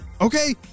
Okay